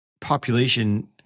population